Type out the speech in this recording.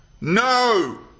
no